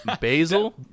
Basil